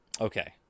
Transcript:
Okay